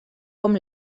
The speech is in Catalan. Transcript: com